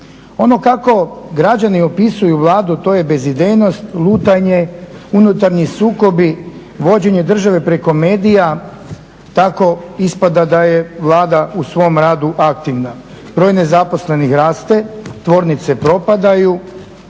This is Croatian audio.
Ono kako građani opisuju Vladu to je bezidejnost, lutanje, unutarnji sukobi, vođenje države preko medija. Tako ispada da je Vlada u svom radu aktivna. Broj nezaposlenih raste, tvornice propadaju,